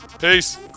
Peace